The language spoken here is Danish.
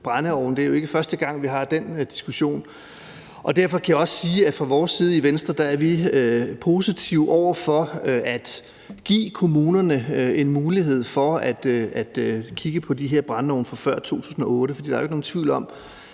Det er jo ikke første gang, vi har den diskussion. Derfor kan jeg også sige, at vi i Venstre er positive over for at give kommunerne en mulighed for at kigge på de her brændeovne fra før 2008,